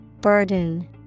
Burden